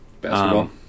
basketball